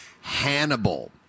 Hannibal